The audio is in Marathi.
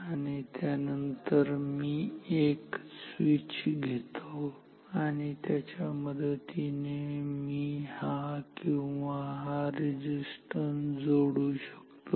आणि त्यानंतर मी एक स्विच घेतो आणि त्याच्या मदतीने मी हा किंवा हा किंवा रेझिस्टन्स जोडू शकतो